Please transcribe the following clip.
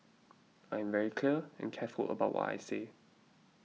I am very clear and careful about what I say